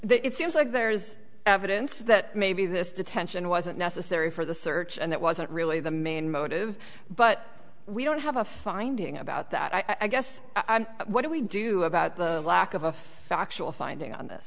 here it seems like there is evidence that maybe this detention wasn't necessary for the search and that wasn't really the main motive but we don't have a finding about that i guess what do we do about the lack of a factual finding on this